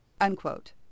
Unquote